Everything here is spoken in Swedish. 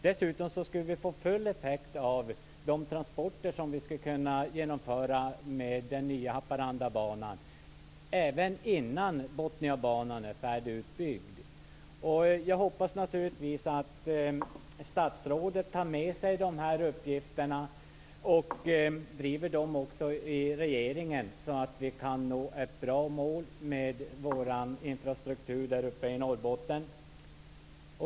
Dessutom skulle vi få full effekt av de transporter som vi ska kunna genomföras med den nya Haparandabanan, även innan Botniabanan är färdigutbyggd. Jag hoppas naturligtvis att statsrådet tar med sig dessa uppgifter och driver dem i regeringen så att vi kan nå ett bra mål med vår infrastruktur i Norrbotten.